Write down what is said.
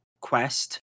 quest